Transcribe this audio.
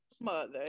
mother